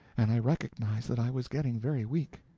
and i recognized that i was getting very weak.